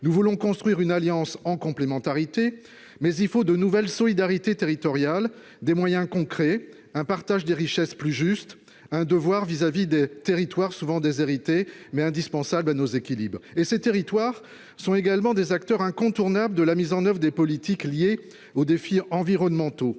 Nous voulons construire une alliance en complémentarité, mais il faut de nouvelles solidarités territoriales, des moyens concrets, un partage des richesses plus juste, un devoir vis-à-vis de territoires souvent déshérités, mais indispensables à nos équilibres. Ces territoires sont également des acteurs incontournables de la mise en oeuvre des politiques liées aux défis environnementaux